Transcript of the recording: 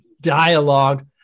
dialogue